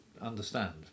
understand